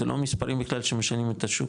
זה לא מספרים בכלל שמשנים את השוק,